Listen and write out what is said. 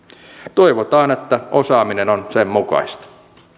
toivotaan että osaaminen on sen mukaista